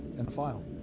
and a file.